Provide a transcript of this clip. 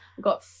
got